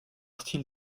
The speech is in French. style